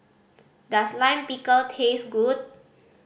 does Lime Pickle taste good